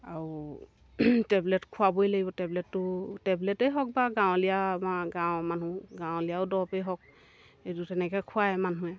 আৰু টেবলেট খোৱাবই লাগিব টেবলেটটো টেবলেটেই হওক বা গাঁৱলীয়া আমাৰ গাঁৱৰ মানুহ গাঁৱলীয়াও দৰৱেই হওক এইটো তেনেকৈ খোৱাই মানুহে